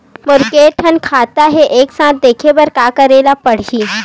मोर के थन खाता हे एक साथ देखे बार का करेला पढ़ही?